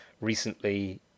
recently